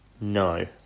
No